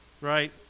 Right